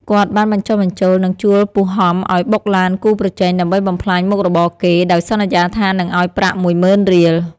គាត់បានបញ្ចុះបញ្ចូល និងជួលពូហំឲ្យបុកឡានគូប្រជែងដើម្បីបំផ្លាញមុខរបរគេ ដោយសន្យាថានឹងឲ្យប្រាក់មួយម៉ឺនរៀល។